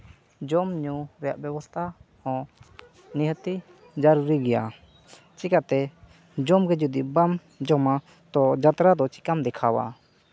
ᱡᱚᱢᱼᱧᱩ ᱨᱮᱭᱟᱜ ᱵᱮᱵᱚᱥᱛᱷᱟ ᱦᱚᱸ ᱱᱤᱭᱟᱹᱛᱤ ᱡᱟᱞᱨᱤ ᱜᱮᱭᱟ ᱪᱤᱠᱟᱹᱛᱮ ᱡᱚᱢᱜᱮ ᱡᱩᱫᱤ ᱵᱟᱢ ᱡᱚᱢᱟ ᱡᱟᱛᱨᱟ ᱫᱚ ᱪᱤᱠᱟᱢ ᱫᱮᱠᱷᱟᱣᱟ